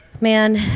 Man